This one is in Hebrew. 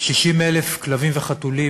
60,000 כלבים וחתולים,